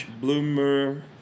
Bloomer